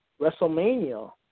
WrestleMania